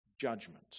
judgment